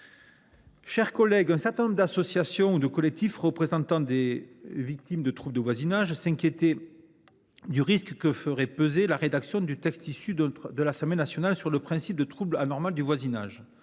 chers collègues, un certain nombre d’associations ou de collectifs représentant les victimes de troubles de voisinage se sont inquiétés du risque que la rédaction du texte issu de l’Assemblée nationale faisait peser sur le principe de trouble anormal de voisinage.